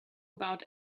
about